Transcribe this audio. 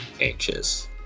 anxious